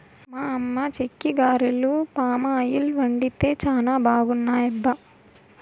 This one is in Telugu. మా అమ్మ చెక్కిగారెలు పామాయిల్ వండితే చానా బాగున్నాయబ్బా